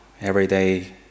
everyday